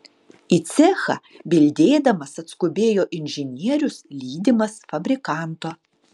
į cechą bildėdamas atskubėjo inžinierius lydimas fabrikanto